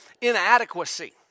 inadequacy